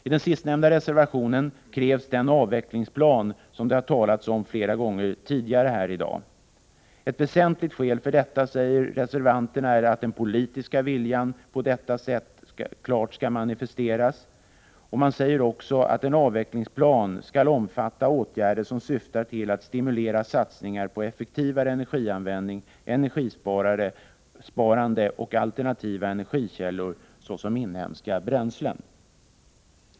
I den sistnämnda reservationen krävs det en avvecklingsplan — som det har talats om flera gånger tidigare här i dag. Ett väsentligt skäl för detta, säger reservanterna, är att den politiska viljan på det sättet klart skall manifesteras. Man säger också att en avvecklingsplan skall omfatta åtgärder som syftar till att stimulera satsningar på effektivare energianvändning, energisparande och alternativa energikällor såsom inhemska bränslen.